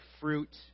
fruit